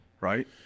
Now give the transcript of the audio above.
Right